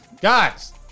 Guys